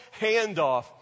handoff